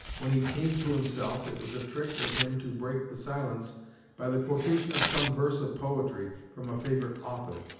when he came to himself it was a trick with him to break the silence by the quotation of some verse of poetry from a favorite author.